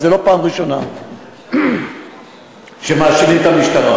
וזאת לא הפעם הראשונה שמאשימים את המשטרה,